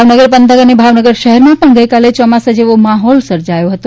ભાવનગર પંથક અને ભાવનગર શહેરમાં પણ ગઇકાલે યોમાસા જેવો માહોલ સર્જાયો હતો